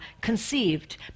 conceived